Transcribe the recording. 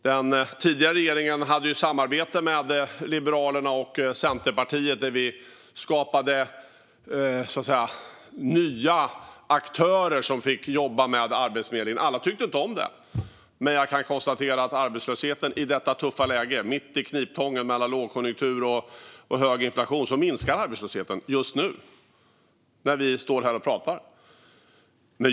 Den tidigare regeringen hade ett samarbete med Liberalerna och Centerpartiet där vi skapade nya aktörer som fick jobba med Arbetsförmedlingen. Alla tyckte inte om det, men jag kan konstatera att i detta tuffa läge, mitt i kniptången mellan lågkonjunktur och hög inflation, minskar arbetslösheten - just nu, medan vi står här och pratar.